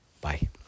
Bye